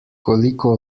koliko